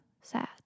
sad